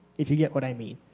if you get what i mean.